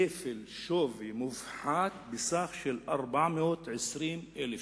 כפל שווי מופחת בסך של 420,000 שקל.